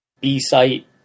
B-site